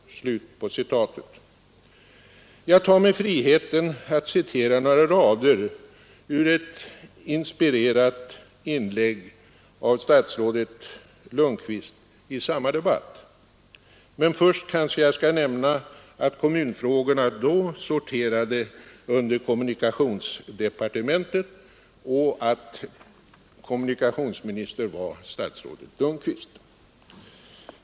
Jag tar mig friheten att citera några rader ur ett inspirerat inlägg av statsrådet Lundkvist i samma debatt. Men först kanske jag skall nämna att kommunfrågorna då sorterade under kommunikationsdepartementet och att kommunikationsminister var statsrådet Lundkvist.